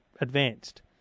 advanced